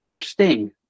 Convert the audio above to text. Sting